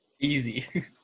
easy